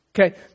Okay